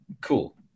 cool